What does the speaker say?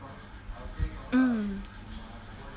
mm